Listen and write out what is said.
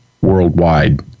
worldwide